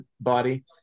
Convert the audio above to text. body